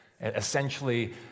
essentially